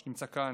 שנמצא כאן,